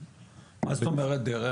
מה זאת אומרת דרך?